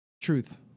Truth